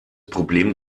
problem